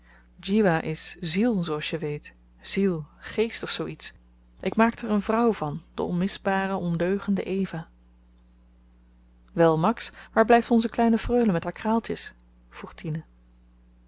djiwa is ziel zooals je weet ziel geest of zoo iets ik maakte er een vrouw van de onmisbare ondeugende eva wel max waar blyft onze kleine freule met haar kraaltjes vroeg tine